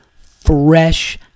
fresh